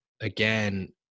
again